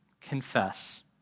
confess